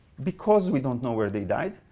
because we don't know where they died,